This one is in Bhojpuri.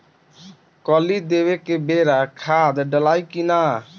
कली देवे के बेरा खाद डालाई कि न?